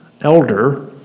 elder